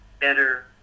better